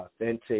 authentic